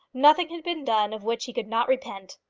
nothing had been done of which he could not repent.